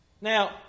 Now